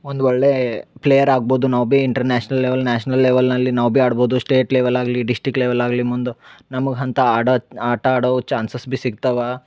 ಒಂದು ಒಳ್ಳೆಯ ಪ್ಲೇಯರ್ ಆಗ್ಬೋದು ನಾವು ಭೀ ಇಂಟ್ರನ್ಯಾಷ್ನಲ್ ಲೆವೆಲ್ ನ್ಯಾಷ್ನಲ್ ಲೆವಲ್ನಲ್ಲಿ ನಾವು ಭೀ ಆಡ್ಬೋದು ಸ್ಟೇಟ್ ಲೆವಲ್ ಆಗಲಿ ಡಿಶ್ಟಿಕ್ ಲೆವಲ್ ಆಗಲಿ ಮುಂದೆ ನಮ್ಗೆ ಅಂಥ ಆಡೋದು ಆಟ ಆಡೋ ಚಾನ್ಸಸ್ ಭೀ ಸಿಗ್ತವೆ